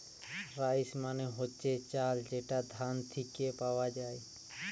rice মানে হচ্ছে চাল যেটা ধান থিকে পাওয়া যায়